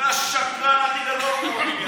אתה השקרן הכי גדול פה במדינה.